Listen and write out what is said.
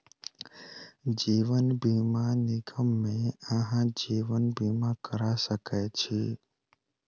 जीवन बीमा निगम मे अहाँ जीवन बीमा करा सकै छी